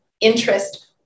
interest